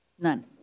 None